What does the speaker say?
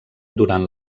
durant